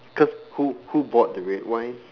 cause who who bought the red wine